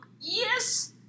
yes